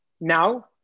Now